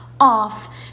off